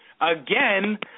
Again